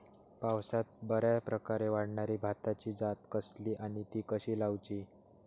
पावसात बऱ्याप्रकारे वाढणारी भाताची जात कसली आणि ती कशी लाऊची?